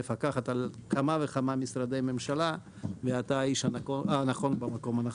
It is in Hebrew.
מפקחת על כמה וכמה משרדי ממשלה ואתה האיש הנכון במקום הנכון.